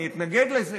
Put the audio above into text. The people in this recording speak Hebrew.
אני אתנגד לזה,